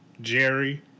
Jerry